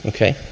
Okay